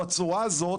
בצורה הזאת,